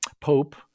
Pope